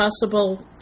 possible